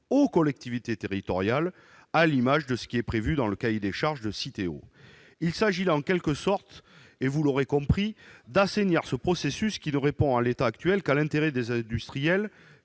aux collectivités territoriales, à l'image de ce qui est prévu dans le cahier des charges de Citeo. Il s'agit là, en quelque sorte- vous l'aurez compris -d'assainir ce processus qui ne répond, en l'état actuel de la situation, qu'à l'intérêt des industriels.